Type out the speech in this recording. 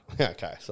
Okay